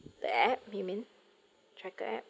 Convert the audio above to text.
the app you mean tracker app